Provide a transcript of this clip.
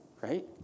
right